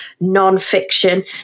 non-fiction